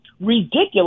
ridiculous